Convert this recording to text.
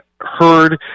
heard